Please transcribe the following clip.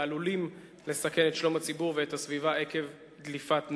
העלולים לסכן את שלום הציבור והסביבה עקב דליפת נפט.